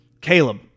Caleb